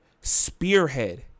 spearhead